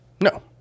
No